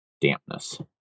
dampness